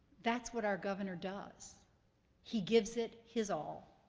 that's what our governor does he gives it his all.